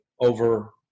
over